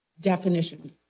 definition